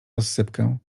rozsypkę